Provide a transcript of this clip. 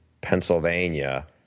Pennsylvania